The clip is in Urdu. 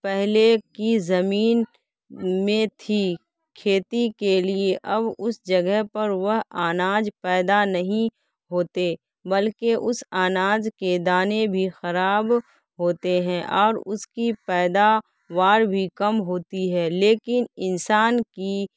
پہلے کی زمین میں تھی کھیتی کے لیے اب اس جگہ پر وہ اناج پیدا نہیں ہوتے بلکہ اس اناج کے دانے بھی خراب ہوتے ہیں اور اس کی پیدا وار بھی کم ہوتی ہے لیکن انسان کی